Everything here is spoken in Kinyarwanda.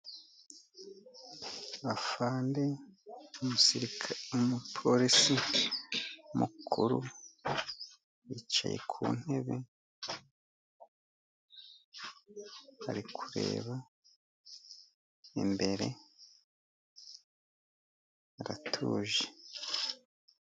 Afande, umupolisi mukuru yicaye ku ntebe, arikuba imbere, aratuje.